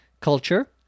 culture